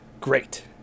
great